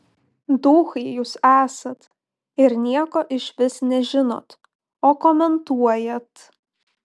duchai jūs esat ir nieko išvis nežinot o komentuojat